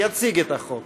יציג את החוק